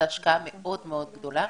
זו השקעה מאוד מאוד גדולה